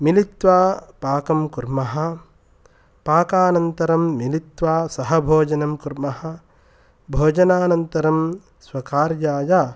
मिलित्वा पाकं कुर्मः पाकानन्तरं मिलित्वा सहभोजनं कुर्मः भोजनानन्तरं स्वकार्याय